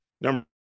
number